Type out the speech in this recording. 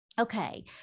Okay